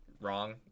wrong